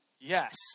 Yes